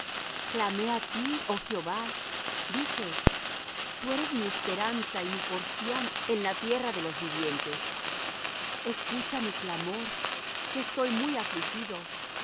clamé á ti oh jehová dije tú eres mi esperanza y mi porción en la tierra de los vivientes escucha mi clamor que estoy muy afligido